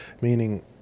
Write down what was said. meaning